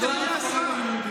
ראש חודש, ראש חודש ניסן.